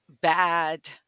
bad